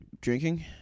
drinking